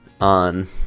on